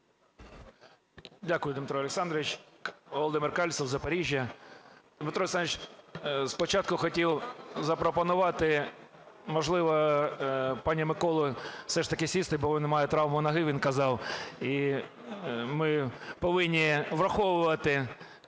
Дякую, Дмитро Олександрович. Володимир Кальцев, Запоріжжя. Дмитро Олександрович, спочатку хотів запропонувати, можливо, пану Миколі все ж таки сісти, бо він має травму ноги, він казав. І ми повинні враховувати